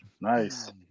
Nice